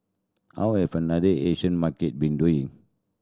how have other Asian market been doing